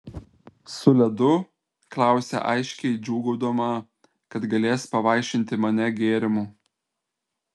su ledu klausia aiškiai džiūgaudama kad galės pavaišinti mane gėrimu